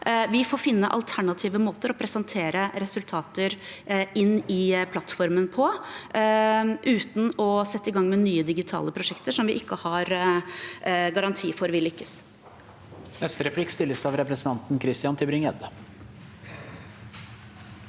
Vi får finne alternative måter å presentere resultater på inn i plattformen, uten å sette i gang med nye digitale prosjekter som vi ikke har en garanti for at vil lykkes.